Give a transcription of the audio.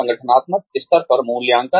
संगठनात्मक स्तर पर मूल्यांकन